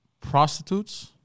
prostitutes